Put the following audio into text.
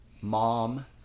mom